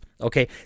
Okay